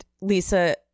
Lisa